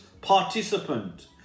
participant